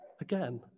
again